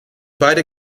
beide